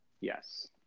Yes